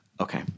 Okay